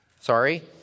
Sorry